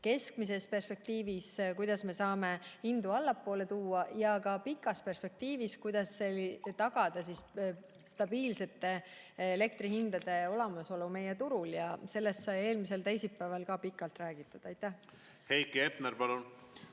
keskmises perspektiivis, kuidas me saame hindu allapoole tuua, ja ka pikas perspektiivis, kuidas tagada stabiilsete elektrihindade olemasolu meie turul. Sellest sai eelmisel teisipäeval ka pikalt räägitud. Heiki Hepner, palun!